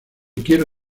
quiero